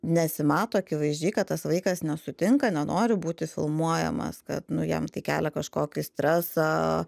nesimato akivaizdžiai kad tas vaikas nesutinka nenori būti filmuojamas kad nu jam tai kelia kažkokį stresą